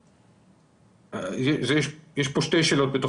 יש כאן שתי שאלות.